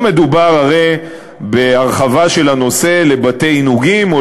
לא מדובר הרי בהרחבה של הנושא לבתי-עינוגים או